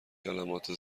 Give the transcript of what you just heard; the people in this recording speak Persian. کلمات